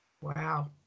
Wow